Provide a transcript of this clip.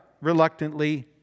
reluctantly